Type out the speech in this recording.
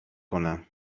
کنم